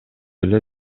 эле